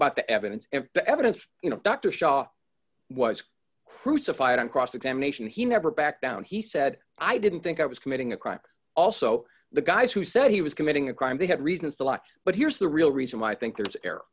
about the evidence and the evidence you know doctor shah was crucified on cross examination he never backed down he said i didn't think i was committing a crime also the guys who said he was committing a crime he had reasons to watch but here's the real reason why i think there